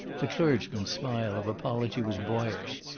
the clergyman's smile of apology was boyish,